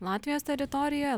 latvijos teritorijoj